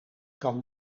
kan